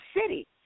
city